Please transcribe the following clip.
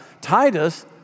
Titus